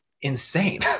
insane